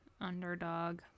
underdog